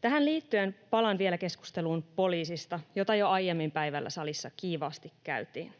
Tähän liittyen palaan vielä keskusteluun poliisista, jota jo aiemmin päivällä salissa kiivaasti käytiin.